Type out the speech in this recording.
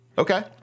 Okay